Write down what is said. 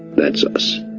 that's us.